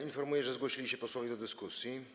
Informuję, że zgłosili się posłowie do dyskusji.